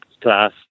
class